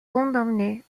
condamnée